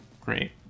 great